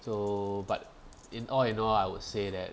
so but in all in all I would say that